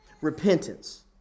Repentance